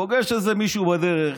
פוגש איזה מישהו בדרך,